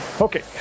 okay